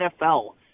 NFL